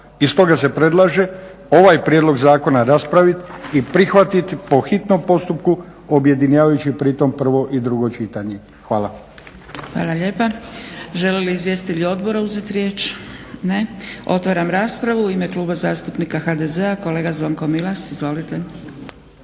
I stoga se predlaže ovaj prijedlog zakona raspraviti i prihvatiti po hitnom postupku objedinjavajući pri tome prvo i drugo čitanje. Hvala. **Zgrebec, Dragica (SDP)** Hvala lijepa. Žele li izvjestitelji odbora uzeti riječ? Ne. Otvaram raspravu. U ime Kluba zastupnika HDZ-a kolega Zvonko Milas. Izvolite.